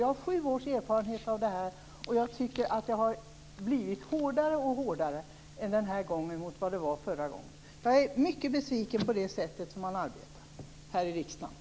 Jag har sju års erfarenhet av det här, och jag tycker att det har blivit allt hårdare om man jämför hur det var den här gången med förra gången. Jag är mycket besviken på det sätt man arbetar här i riksdagen.